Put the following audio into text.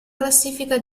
classifica